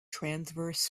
transverse